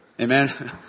Amen